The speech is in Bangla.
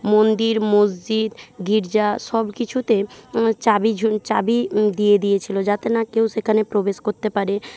মন্দির মসজিদ গির্জা সবকিছুতে চাবি চাবি দিয়ে দিয়েছিল যাতে না কেউ সেখানে প্রবেশ করতে পারে